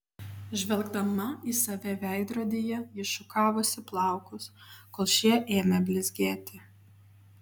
žvelgdama į save veidrodyje ji šukavosi plaukus kol šie ėmė blizgėti